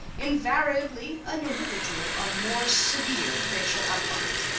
invariably an individual of more severe facial outlines.